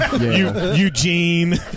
Eugene